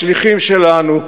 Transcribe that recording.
שליחים שלנו,